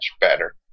better